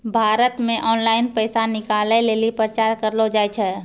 भारत मे ऑनलाइन पैसा निकालै लेली प्रचार करलो जाय छै